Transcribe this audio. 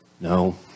No